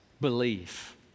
belief